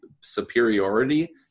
superiority